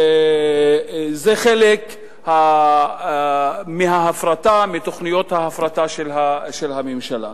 זה חלק מההפרטה, מתוכניות ההפרטה של הממשלה.